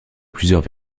plusieurs